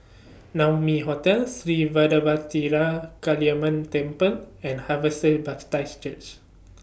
Naumi Hotel Sri Vadapathira Kaliamman Temple and Harvester Baptist Church